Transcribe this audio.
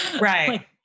Right